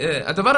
ב.